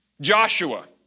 Joshua